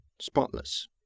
spotless